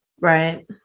right